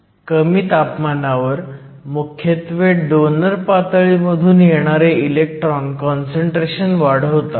कमी तापमानावर मुख्यत्वे डोनर पातळीमधून येणारे इलेक्ट्रॉन काँसंट्रेशन वाढवतात